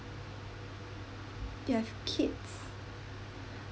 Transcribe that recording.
you have kids